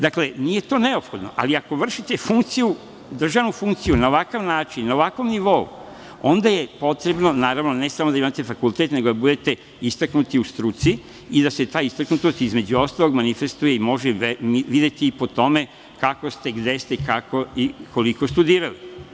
Dakle, nije to neophodno, ali ako vršite funkciju, državnu funkciju, na ovakav način, na ovakvom nivou, onda je potrebno, naravno ne samo da imate fakultet, nego da budete istaknuti u struci i da se ta istaknutost, između ostalog, manifestuje i može videti i po tome kako ste, gde ste, kako i koliko studirali.